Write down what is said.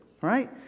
right